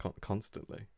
constantly